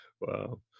Wow